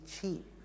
cheap